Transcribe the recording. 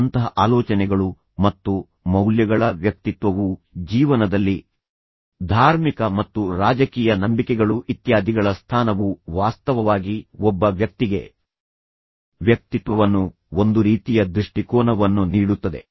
ಅಂತಹ ಆಲೋಚನೆಗಳು ಮತ್ತು ಮೌಲ್ಯಗಳ ವ್ಯಕ್ತಿತ್ವವು ಜೀವನದಲ್ಲಿ ಧಾರ್ಮಿಕ ಮತ್ತು ರಾಜಕೀಯ ನಂಬಿಕೆಗಳು ಇತ್ಯಾದಿಗಳ ಸ್ಥಾನವು ವಾಸ್ತವವಾಗಿ ಒಬ್ಬ ವ್ಯಕ್ತಿಗೆ ವ್ಯಕ್ತಿತ್ವವನ್ನು ಒಂದು ರೀತಿಯ ದೃಷ್ಟಿಕೋನವನ್ನು ನೀಡುತ್ತದೆ